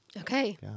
Okay